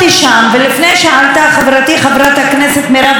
ולפני שעלתה חברתי חברת הכנסת מרב מיכאלי